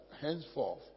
henceforth